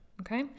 Okay